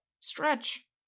Stretch